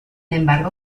embargo